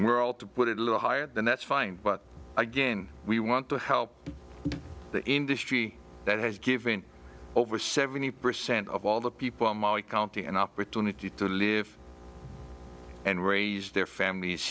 all to put it a little higher then that's fine but again we want to help the industry that has given over seventy percent of all the people in mali county an opportunity to live and raise their families